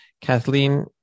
Kathleen